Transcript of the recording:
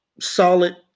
Solid